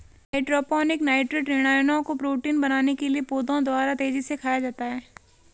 hydroponic nitrate ऋणायनों को protein बनाने के लिए पौधों द्वारा तेजी से खाया जाता है